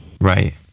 Right